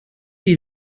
die